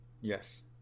Yes